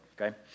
Okay